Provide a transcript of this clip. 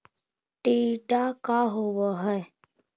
टीडा का होव हैं?